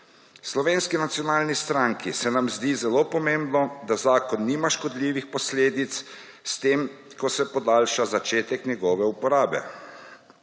Slovenski nacionalni stranki se nam zdi zelo pomembno, da zakon nima škodljivih posledic s tem, ko se podaljša začetek njegove uporabe.